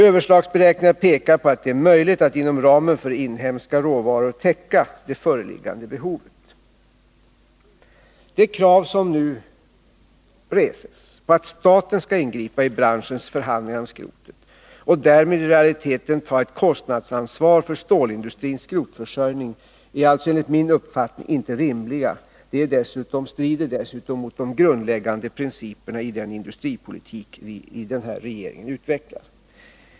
Överslagsberäkningar pekar på att det är möjligt att inom ramen för inhemska råvaror täcka det föreliggande behovet. De krav som nu reses på att staten skall ingripa i branschens förhandlingar om skrotet, och därmed i realiteten ta ett kostnadsansvar för stålindustrins skrotförsörjning, är alltså enligt min uppfattning inte rimliga. De strider dessutom mot de grundläggande principerna i den industripolitik som den här regeringen utvecklar.